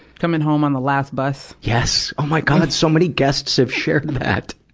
coming home on the last bus. yes! oh my god, so many guests have shared that!